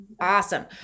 Awesome